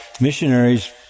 missionaries